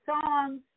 songs